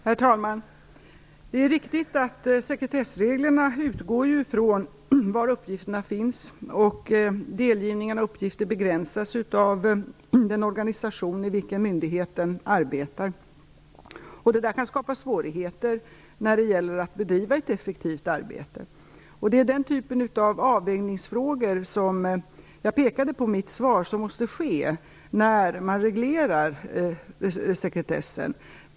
Herr talman! Det är riktigt att sekretessreglerna utgår från var uppgifterna finns. Delgivningen av uppgifter begränsas av den organisation i vilken myndigheten arbetar. Detta kan skapa svårigheter när det gäller att bedriva ett effektivt arbete. Det är den typen av avvägningsfrågor som jag i mitt svar pekade på måste ske när man reglerar sekretessen.